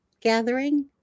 Gathering